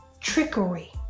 trickery